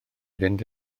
fynd